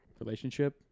relationship